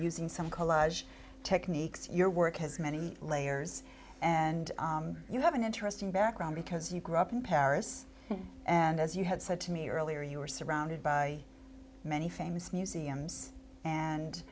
using some collage techniques your work has many layers and you have an interesting background because you grew up in paris and as you had said to me earlier you were surrounded by many famous museums and